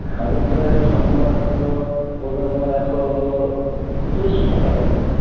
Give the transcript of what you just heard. খাদিমসের ছ নম্বর জুতো পড়বে তোমার একশো শো সত্তর টাকার মতোন